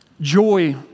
joy